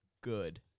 good